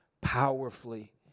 powerfully